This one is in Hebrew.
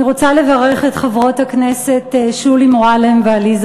אני רוצה לברך את חברות הכנסת שולי מועלם ועליזה